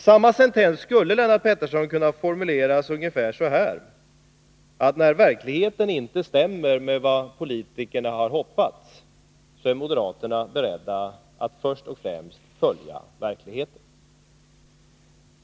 Samma sentens skulle, Lennart Pettersson, kunna formuleras ungefär så här: När verkligheten inte stämmer med vad politikerna har hoppats, är moderaterna beredda att först och främst följa verkligheten.